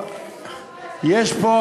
יש פה,